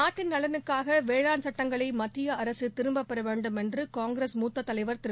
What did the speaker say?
நாட்டின் நலனுக்காகவேளாண் சட்டங்களைமத்தியஅரசுதிரும்பப் பெறவேண்டும் என்றுகாங்கிரஸ் மூத்ததலைவர் திரு